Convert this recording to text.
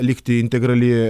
likti integrali